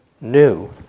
new